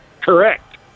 correct